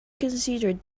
considered